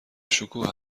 شکوه